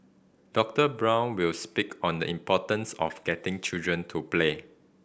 Doctor Brown will speak on the importance of getting children to play